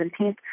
17th